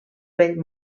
vell